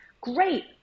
Great